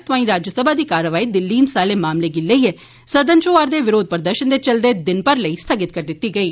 तोआंई राज्यसभा दी कारवाई दिल्ली हिंसा आह्ले मामलें गी लेईयै सदन च होआ'रदे विरोघ प्रदर्शन दे चलदे दिन भर लेई स्थगित करी दित्ती गेई